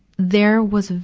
there was a,